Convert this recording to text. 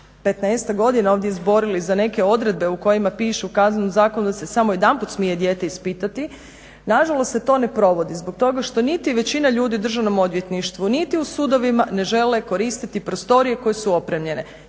15-ak godina ovdje izborili za neke odredbe u kojima pišu u Kaznenom zakonu da se samo jedan put smije dijete ispitati. Nažalost se to ne provodi zbog toga što niti većina ljudi u državnom odvjetništvu, niti u sudovima ne žele koristiti prostorije koje su opremljene.